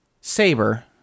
Saber